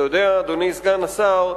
אתה יודע, אדוני סגן השר,